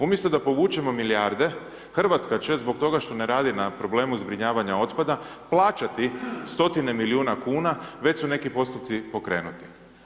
Umjesto da povučemo milijarde, RH će zbog toga što ne radi na problemu zbrinjavanja otpada, plaćati stotine milijuna kuna, već su neki postupci pokrenuti.